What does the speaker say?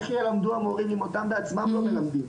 אז איך ילמדו המורים אם אותם בעצמם לא מלמדים.